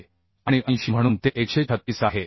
आहे आणि 80 म्हणून ते 136 आहे